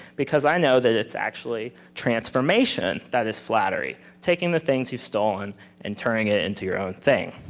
because i know that it's actually transformation that is flattery taking the things you've stolen and turning it into your own thing.